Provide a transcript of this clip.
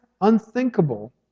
unthinkable